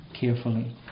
carefully